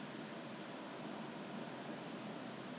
mask 我忘记他有没有好像有给 disposable 的